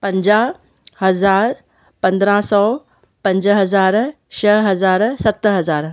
पंजाहु हज़ार पंद्रहं सौ पंज हज़ार छ्ह हज़ार सत हज़ार